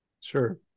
Sure